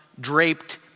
draped